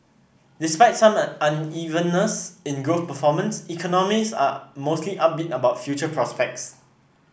despite some unevenness in growth performance economists are mostly upbeat about future prospects